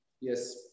Yes